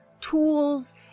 tools